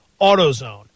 AutoZone